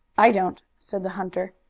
i don't, said the hunter.